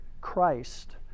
Christ